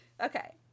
Okay